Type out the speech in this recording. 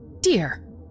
Dear